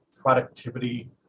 productivity